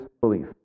belief